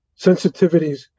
sensitivities